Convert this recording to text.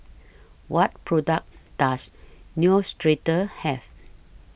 What products Does Neostrata Have